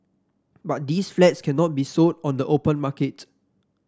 but these flats cannot be sold on the open market